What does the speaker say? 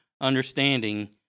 understanding